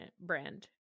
brand